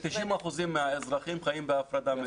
כ-90% מהאזרחים חיים בהפרדה.